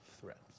threats